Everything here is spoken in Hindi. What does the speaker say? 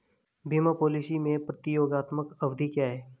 बीमा पॉलिसी में प्रतियोगात्मक अवधि क्या है?